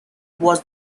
was